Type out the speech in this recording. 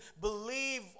believe